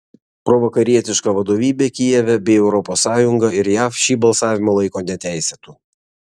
provakarietiška vadovybė kijeve bei europos sąjunga ir jav šį balsavimą laiko neteisėtu